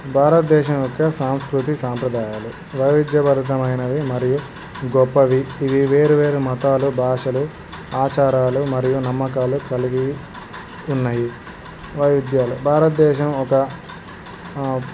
భారతదేశం యొక్క సాంస్కృతి సాంప్రదాయాలు వైవిధ్యభరితమైనవి మరియు గొప్పవి ఇవి వేరు వేరు మతాలు భాషలు ఆచారాలు మరియు నమ్మకాలు కలిగి ఉన్నయి వైవిద్యాలు భారతదేశం ఒక